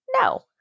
No